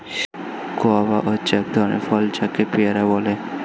guava হচ্ছে এক ধরণের ফল যাকে পেয়ারা বলে